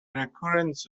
recurrence